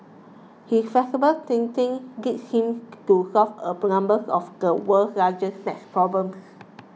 he flexible thinking led him to solve a number of the world's hardest math problems